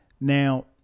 Now